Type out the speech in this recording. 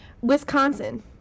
Wisconsin